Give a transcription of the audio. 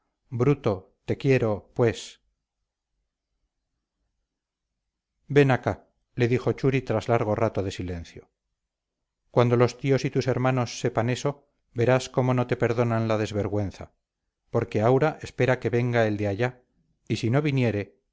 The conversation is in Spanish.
bruto te quiero pues ven acá le dijo churi tras largo rato de silencio cuando los tíos y tus hermanos sepan eso verás cómo no te perdonan la desvergüenza porque aura espera que venga el de allá y si no viniere